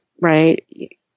right